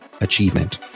achievement